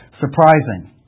surprising